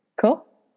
cool